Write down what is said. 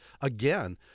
again